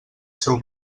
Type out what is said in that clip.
seu